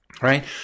right